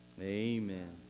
Amen